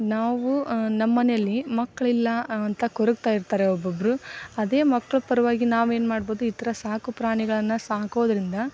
ನಾವು ನಮ್ಮನೇಲಿ ಮಕ್ಳು ಇಲ್ಲ ಅಂತ ಕೊರಗ್ತಾ ಇರ್ತಾರೆ ಒಬ್ಬೊಬ್ಬರು ಅದೇ ಮಕ್ಳು ಪರವಾಗಿ ನಾವೇನು ಮಾಡ್ಬೋದು ಈ ಥರ ಸಾಕು ಪ್ರಾಣಿಗಳನ್ನು ಸಾಕೋದರಿಂದ